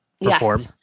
Perform